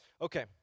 Okay